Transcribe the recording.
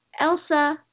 Elsa